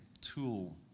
tool